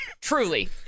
Truly